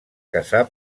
casar